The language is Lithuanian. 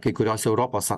kai kuriose europos